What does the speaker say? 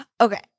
Okay